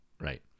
right